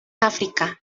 áfrica